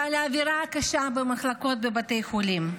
האווירה הקשה במחלקות בבתי החולים.